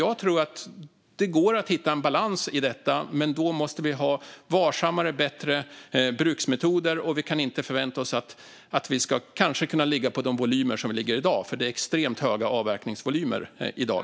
Jag tror att det går att hitta en balans i detta, men då måste vi ha varsammare och bättre bruksmetoder, och vi kan inte förvänta oss att kanske kunna ligga på de volymer som vi ligger på i dag, för det är extremt höga avverkningsvolymer i dag.